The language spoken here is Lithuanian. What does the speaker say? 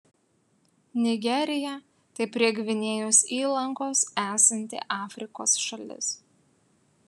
nigerija tai prie gvinėjos įlankos esanti afrikos šalis